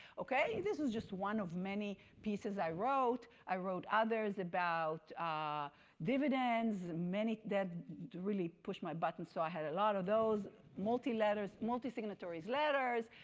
okay, this is just one of many pieces i wrote. i wrote others about dividends that really pushed my buttons, so i had a lot of those multi-signatories multi-signatories letters,